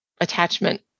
Attachment